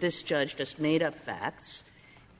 this judge just made up that this